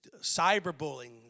cyberbullying